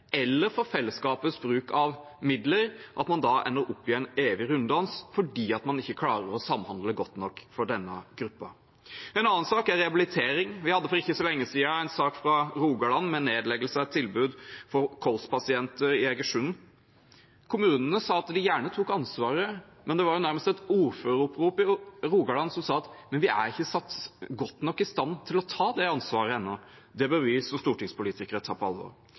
eller for fellesskapets bruk av midler at man ender opp i en evig runddans fordi man ikke klarer å samhandle godt nok for denne gruppen. En annen sak er rehabilitering. Vi hadde for ikke så lenge siden en sak fra Rogaland med nedleggelse av et tilbud for kolspasienter i Egersund. Kommunene sa at de gjerne tok ansvaret, men det var nærmest et ordføreropprop i Rogaland som sa at de ikke var satt godt nok i stand til å ta det ansvaret ennå. Det bør vi som stortingspolitikere ta på alvor.